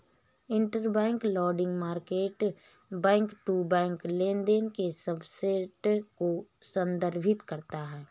interbank lending market back to back लेनदेन के subset को संदर्भित करता है